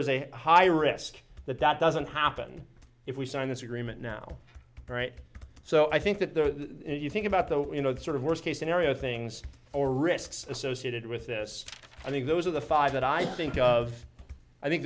is a high risk that that doesn't happen if we sign this agreement now right so i think that the you think about the you know the sort of worst case scenario things or risks associated with this i think those are the five that i think of i think